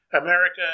America